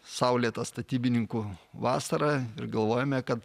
saulėtą statybininkų vasarą ir galvojame kad